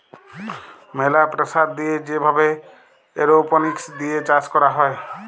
ম্যালা প্রেসার দিয়ে যে ভাবে এরওপনিক্স দিয়ে চাষ ক্যরা হ্যয়